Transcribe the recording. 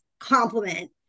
compliment